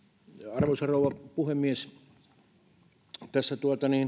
arvoisa rouva puhemies tässä